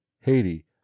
Haiti